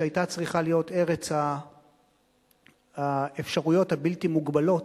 שהיתה צריכה להיות ארץ האפשרויות הבלתי-מוגבלות,